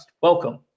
Welcome